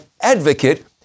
advocate